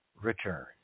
return